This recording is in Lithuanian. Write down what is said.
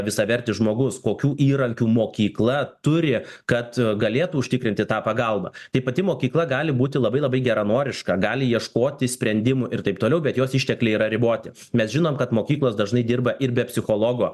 visavertis žmogus kokių įrankių mokykla turi kad galėtų užtikrinti tą pagalbą tai pati mokykla gali būti labai labai geranoriška gali ieškoti sprendimų ir taip toliau bet jos ištekliai yra riboti mes žinom kad mokyklos dažnai dirba ir be psichologo